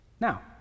Now